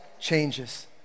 changes